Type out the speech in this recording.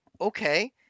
okay